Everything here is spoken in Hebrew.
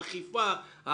האכיפה,